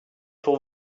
pour